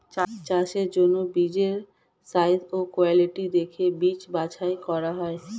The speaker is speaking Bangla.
চাষের জন্য বীজের সাইজ ও কোয়ালিটি দেখে বীজ বাছাই করা হয়